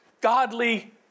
godly